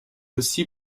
aussi